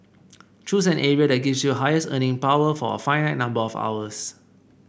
choose an area that gives you the highest earning power for a finite number of hours